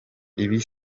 ibi